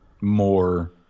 more